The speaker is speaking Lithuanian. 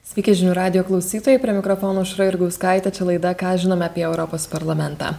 sveiki žinių radijo klausytojai prie mikrofono aušra jurgauskaitė čia laida ką žinome apie europos parlamentą